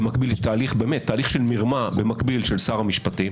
במקביל לתהליך מרמה של שר המשפטים